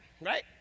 right